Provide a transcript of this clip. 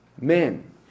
men